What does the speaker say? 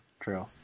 true